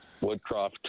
woodcroft